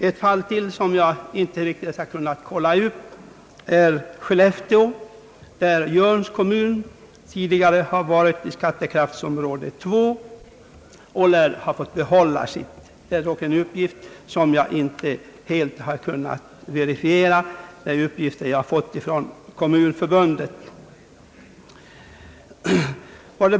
Ett fall till som jag inte riktigt har kunnat kontrollera är Skellefteå, där Jörns kommun tidigare har tillhört skattekraftsområde 2 och fortfarande lär göra detta. Men det är något som jag inte helt kan verifiera. Jag har fått uppgiften från Kommunförbundet.